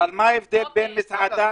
אבל מה ההבדל בין מסעדה